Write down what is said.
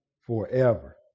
forever